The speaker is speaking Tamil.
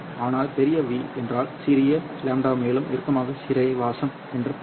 ஆனால் பெரிய V என்றால் சிறியது λ மேலும் இறுக்கமான சிறைவாசம் என்று பொருள்